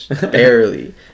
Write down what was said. Barely